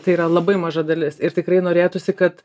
tai yra labai maža dalis ir tikrai norėtųsi kad